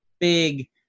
big